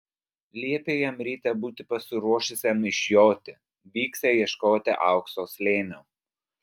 liepė jam rytą būti pasiruošusiam išjoti vyksią ieškoti aukso slėnio